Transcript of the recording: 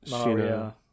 Maria